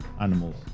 animals